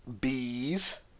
Bees